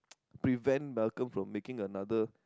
prevent Malcolm from making another